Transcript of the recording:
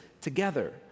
together